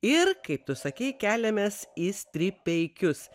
ir kaip tu sakei keliamės į stripeikius